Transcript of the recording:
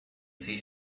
see